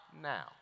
now